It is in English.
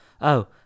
Oh